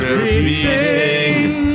repeating